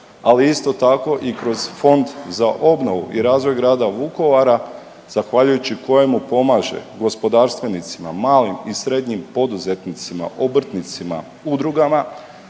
ali isto tako i kroz Fond za obnovu i razvoj grada Vukovara, zahvaljujući kojemu pomaže gospodarstvenicima, malim i srednjim poduzetnicima, obrtnicima, udrugama